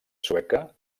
sueca